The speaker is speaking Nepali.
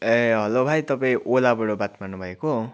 ए हेलो भाइ तपाईँ ओलाबाट बात मार्नु भएको